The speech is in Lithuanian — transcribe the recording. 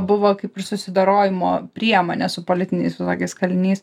buvo kaip ir susidorojimo priemonė su politiniais kaliniais